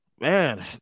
man